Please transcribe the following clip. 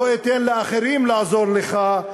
לא אתן לאחרים לעזור לך,